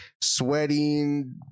sweating